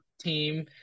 team